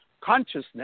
consciousness